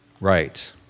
Right